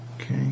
Okay